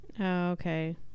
okay